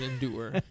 endure